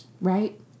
right